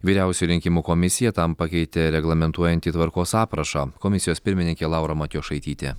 vyriausioji rinkimų komisija tam pakeitė reglamentuojantį tvarkos aprašą komisijos pirmininkė laura matjošaitytė